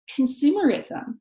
consumerism